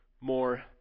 more